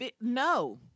no